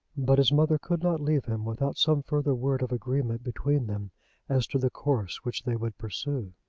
but his mother could not leave him without some further word of agreement between them as to the course which they would pursue.